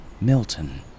Milton